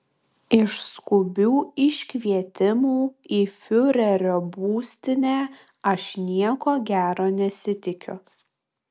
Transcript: iš skubių iškvietimų į fiurerio būstinę aš nieko gero nesitikiu